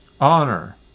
honor